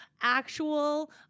actual